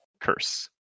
curse